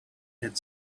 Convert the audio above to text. had